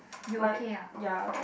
like ya